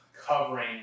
covering